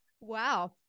Wow